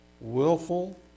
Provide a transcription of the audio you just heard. willful